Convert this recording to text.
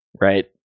right